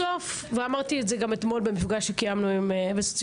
בסוף ואמרתי את זה גם אתמול במפגש שקיימנו עם -- היא